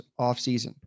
offseason